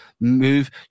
move